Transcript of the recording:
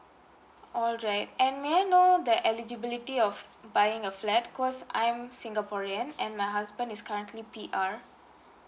alright and may I know the eligibility of buying a flat 'cos I'm singaporean and my husband is currently P_R